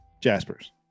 Jaspers